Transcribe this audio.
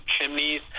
chimneys